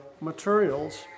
materials